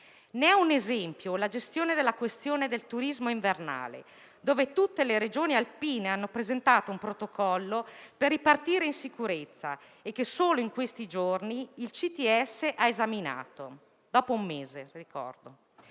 Ne è un esempio la gestione della questione del turismo invernale: tutte le Regioni alpine hanno presentato un protocollo per ripartire in sicurezza, ma solo in questi giorni, quindi dopo un mese, il